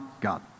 God